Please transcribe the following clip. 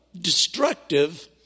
destructive